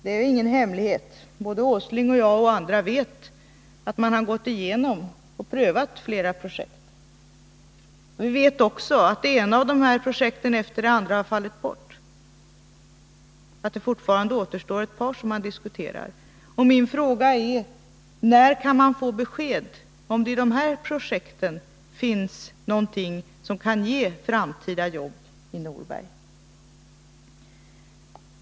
Det är ingen hemlighet — både Nils Åsling, jag och andra vet det — att man har gått igenom och prövat flera projekt. Vi vet också att det ena projektet efter det andra har fallit bort men att det fortfarande återstår ett par som diskuteras. Min fråga är: När kan vi få besked om huruvida det i dessa projekt finns någonting som kan ge framtida jobb i Norberg?